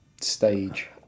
stage